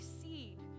seed